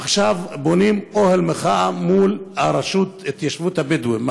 עכשיו בונים אוהל מחאה מול הרשות להתיישבות הבדואים,